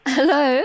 Hello